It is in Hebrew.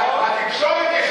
תראה, תקשורת, נכון?